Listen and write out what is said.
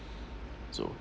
so